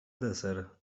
deser